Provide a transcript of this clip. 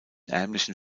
ärmlichen